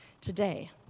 today